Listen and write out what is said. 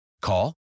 Call